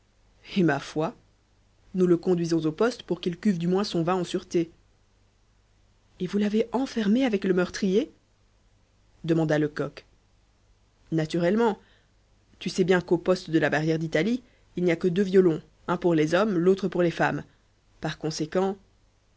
et ma foi nous le conduisons au poste pour qu'il cuve du moins son vin en sûreté et vous l'avez enfermé avec le meurtrier demanda lecoq naturellement tu sais bien qu'au poste de la barrière d'italie il n'y a que deux violons un pour les hommes l'autre pour les femmes par conséquent